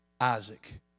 Isaac